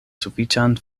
sufiĉan